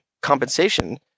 compensation